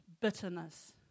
bitterness